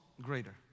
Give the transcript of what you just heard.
greater